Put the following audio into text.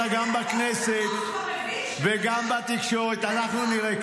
גם בכנסת וגם בתקשורת --- אנחנו נראה.